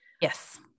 Yes